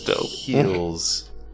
heals